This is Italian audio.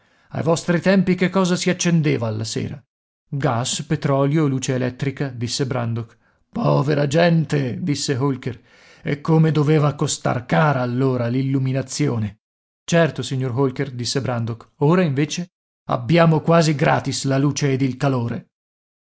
ai vostri tempi che cosa si accendeva alla sera gas petrolio luce elettrica disse brandok povera gente disse holker e come doveva costar cara allora l'illuminazione certo signor holker disse brandok ora invece abbiamo quasi gratis la luce ed il calore